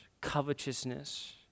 covetousness